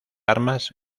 armas